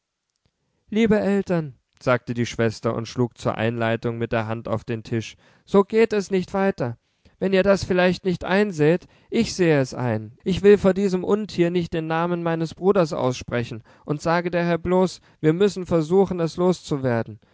liebe eltern sagte die schwester und schlug zur einleitung mit der hand auf den tisch so geht es nicht weiter wenn ihr das vielleicht nicht einseht ich sehe es ein ich will vor diesem untier nicht den namen meines bruders aussprechen und sage daher bloß wir müssen versuchen es loszuwerden